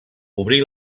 obri